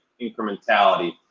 incrementality